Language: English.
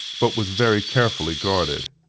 but was very carefully guarded.